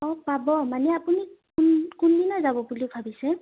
অঁ পাব মানে আপুনি কোন কোনদিনা যাব বুলি ভাবিছে